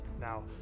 now